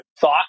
thought